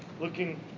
looking